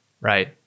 Right